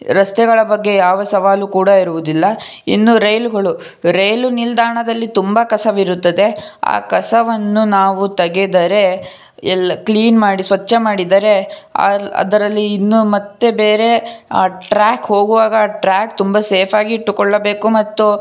ರಸ್ತೆಗಳ ಬಗ್ಗೆ ಯಾವ ಸವಾಲು ಕೂಡ ಇರುವುದಿಲ್ಲ ಇನ್ನು ರೈಲುಗಳು ರೈಲು ನಿಲ್ದಾಣದಲ್ಲಿ ತುಂಬ ಕಸವಿರುತ್ತದೆ ಆ ಕಸವನ್ನು ನಾವು ತೆಗೆದರೆ ಎಲ್ಲ ಕ್ಲೀನ್ ಮಾಡಿ ಸ್ವಚ್ಛ ಮಾಡಿದರೆ ಅಲ್ಲಿ ಅದರಲ್ಲಿ ಇನ್ನು ಮತ್ತೆ ಬೇರೆ ಆ ಟ್ರ್ಯಾಕ್ ಹೋಗುವಾಗ ಟ್ರ್ಯಾಕ್ ತುಂಬ ಸೇಫಾಗಿ ಇಟ್ಟುಕೊಳ್ಳಬೇಕು ಮತ್ತು